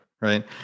right